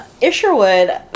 Isherwood